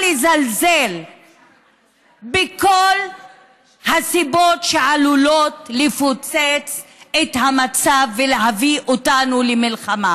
לזלזל בכל הסיבות שעלולות לפוצץ את המצב ולהביא אותנו למלחמה,